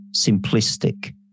simplistic